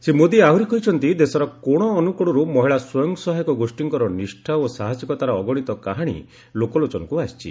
ଶ୍ରୀ ମୋଦୀ ଆହୁରି କହିଛନ୍ତି ଦେଶର କୋଣ ଅନୁକୋଣରୁ ମହିଳା ସ୍ୱୟଂସହାୟକ ଗୋଷ୍ଠାଙ୍କର ନିଷ୍ଠା ଓ ସାହସିକତାର ଅଗଣିତ କାହାଣୀ ଲୋକଲୋଚନକୁ ଆସିଛି